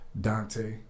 Dante